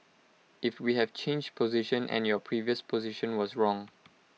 if we have changed position and your previous position was wrong